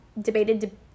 debated